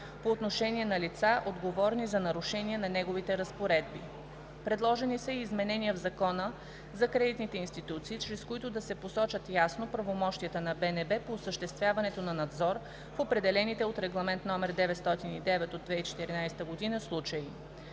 по отношение на лица, отговорни за нарушения на неговите разпоредби; - предложени са и изменения в Закона за кредитните институции, чрез които да се посочат ясно правомощията на БНБ по осъществяването на надзор в определените от Регламент № 909/2014 случаи.